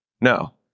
No